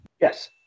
Yes